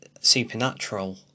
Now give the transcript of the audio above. Supernatural